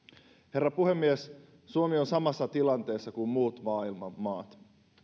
herra puhemies suomi on samassa tilanteessa kuin muut maailman maat